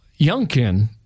Youngkin